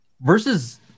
versus